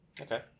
Okay